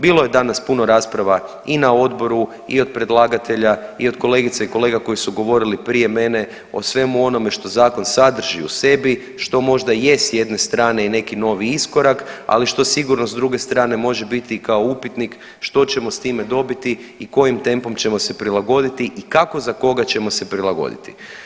Bilo je danas puno rasprava i na odboru i od predlagatelja i od kolegica i kolega koji su govorili prije mene o svemu onome što zakon sadrži u sebi, što možda i je s jedne strane i neki novi iskorak ali što sigurno s druge strane može biti kao upitnik što ćemo s time dobiti i kojim tempom ćemo se prilagoditi i kako za koga ćemo se prilagoditi.